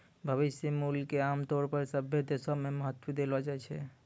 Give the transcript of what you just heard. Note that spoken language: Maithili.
भविष्य मूल्य क आमतौर पर सभ्भे देशो म महत्व देलो जाय छै